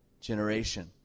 generation